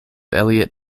elliot